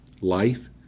Life